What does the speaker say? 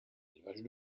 élevages